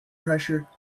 pressure